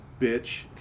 bitch